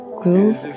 groove